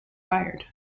fired